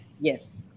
Yes